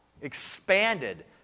expanded